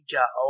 go